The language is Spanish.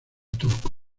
turco